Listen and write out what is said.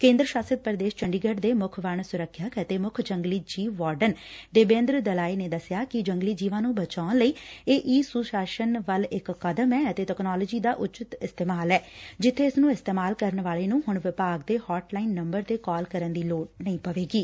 ਕੇਂਦਰ ਸ਼ਾਸਤ ਪ੍ਰਦੇਸ਼ ਚੰਡੀਗੜ ਦੇ ਮੁੱਖ ਵਾਰਡਨ ਦੇਬੇਂਦਰ ਦਲਾਏ ਨੇ ਦਸਿਆ ਕਿ ਜੰਗਲੀ ਜੀਵਾਂ ਨੂੰ ਬਚਾਊਣ ਲਈ ਇਹ ਈ ਸੁਸ਼ਾਸਨ ਵੱਲ ਇਕ ਕਦਮ ਐ ਅਤੇ ਤਕਨਾਲੋਜੀ ਦਾ ਪੂਰਨ ਇਸਤੇਮਾਲ ਐ ਜਿੱਬੇ ਇਸ ਨੂੰ ਇਸਤੇਮਾਲ ਕਰਨ ਵਾਲੇ ਨੂੰ ਹੁਣ ਵਿਭਾਗ ਦੇ ਹਾਟ ਲਾਈਨ ਨੰਬਰ ਤੇ ਕਾਲ ਕਰਨ ਦੀ ਲੋੜ ਨਹੀਂ ਹੋਵੇਗੀ